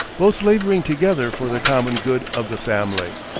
both laboring together for the common good of the family.